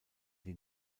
die